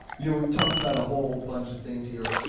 you know we've talked about a whole bunch of things here.